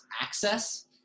access